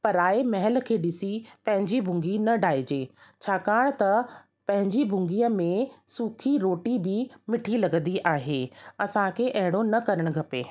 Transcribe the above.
पराए महल खे ॾिसी पंहिंजी भुंगी न डाहिजे छाकाणि त पंहिंजी भुंगीअ में सूखी रोटी बि मिठी लॻंदी आहे असांखे अहिड़ो न करणु खपे